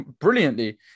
brilliantly